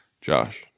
Josh